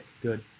Good